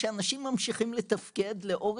לא,